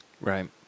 Right